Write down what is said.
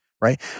right